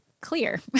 clear